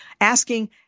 asking